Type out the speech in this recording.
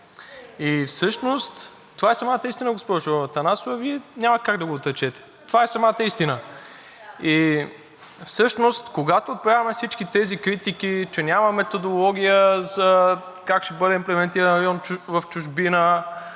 Атанасова.) Това е самата истина, госпожо Атанасова. Вие няма как да го отречете, това е самата истина. И всъщност, когато отправяме всички тези критики, че няма методология за това как ще бъде имплементиран район в чужбина,